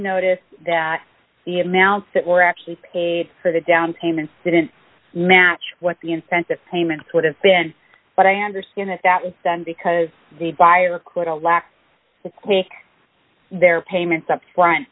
notice that the amounts that were actually paid for the down payment didn't match what the incentive payments would have been but i understand that that was done because the buyer quit alack to pay their payments